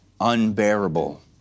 unbearable